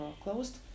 closed